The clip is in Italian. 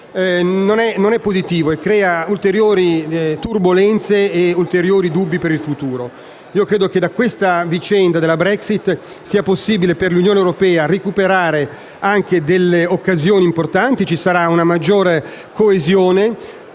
non è positivo e crea ulteriori turbolenze ed ulteriori dubbi per il futuro. Io credo che dalla vicenda della Brexit sia possibile, per l'Unione europea, recuperare delle occasioni importanti. Ci sarà una maggiore coesione